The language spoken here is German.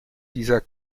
dieser